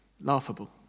Laughable